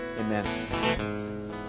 Amen